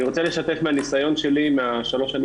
אני רוצה לשתף מהנסיון שלי משלוש השנים